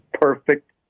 perfect